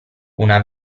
una